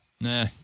Nah